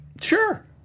Sure